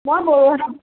মই